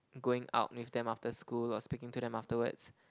going out with them after school or speaking to them afterwards